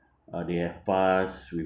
uh they have passed with